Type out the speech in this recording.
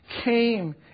came